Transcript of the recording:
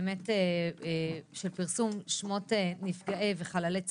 של פרסום שמות נפגעי וחללי צה"ל,